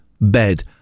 bed